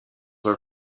are